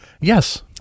Yes